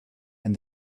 and